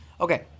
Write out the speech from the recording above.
Okay